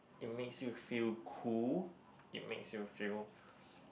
it makes you feel cool it makes you feel